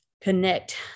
connect